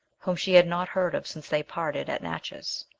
whom she had not heard of since they parted at natchez.